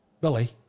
Billy